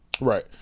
right